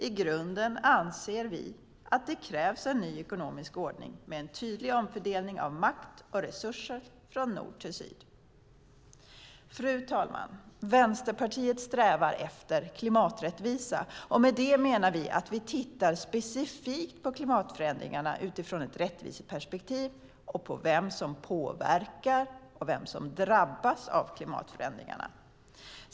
I grunden anser vi att det krävs en ny ekonomisk ordning med en tydlig omfördelning av makt och resurser från nord till syd. Fru talman! Vänsterpartiet strävar efter klimaträttvisa. Med det menar vi att vi tittar specifikt på klimatförändringarna utifrån ett rättviseperspektiv och på vem som påverkar och vem som drabbas av klimatförändringarna.